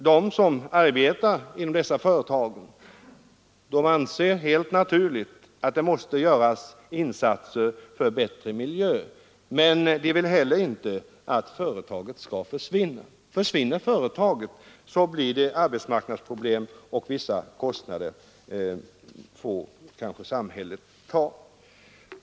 De som arbetar inom dessa företag anser helt naturligt att det måste göras insatser för bättre arbetsmiljö, men de vill inte att företaget skall försvinna. Försvinner företaget uppkommer arbetsmarknadsproblem, och samhället får kanske ta vissa kostnader.